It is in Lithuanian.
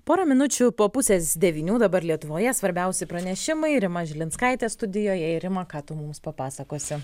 pora minučių po pusės devynių dabar lietuvoje svarbiausi pranešimai rima žilinskaitė studijoje rima ką tu mums papasakosi